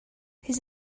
his